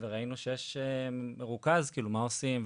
וראינו שיש שם מרוכז מה עושים,